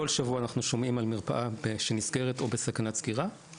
אנחנו שומעים כל שבוע על מרפאה שנסגרת או שנמצאת בסכנת סגירה.